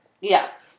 Yes